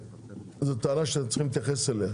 זו טענה שאתם צריכים להתייחס אליה.